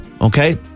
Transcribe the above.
Okay